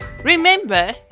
Remember